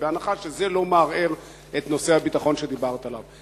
בהנחה שזה לא מערער את נושא הביטחון שדיברת עליו.